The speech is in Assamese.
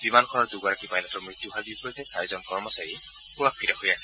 বিমানখনত দুগৰাকী পাইলটৰ মৃত্যু হোৱাৰ বিপৰীতে চাৰিজন কৰ্মচাৰী সুৰক্ষিত হৈ আছে